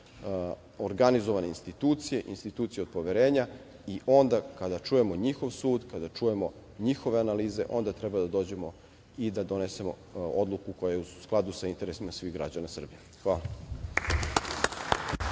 organizovane institucije i institucije od poverenja i onda kada čujemo njihov sud i kada čujemo njihove analize, onda treba da dođemo i da donesemo odluku koja je u skladu sa interesima svih građana Srbije. Hvala